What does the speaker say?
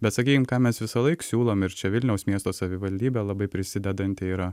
bet sakykim ką mes visąlaik siūlom ir čia vilniaus miesto savivaldybė labai prisidedanti yra